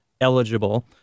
eligible